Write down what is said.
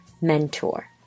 Mentor